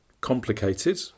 complicated